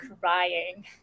crying